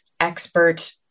expert